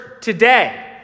today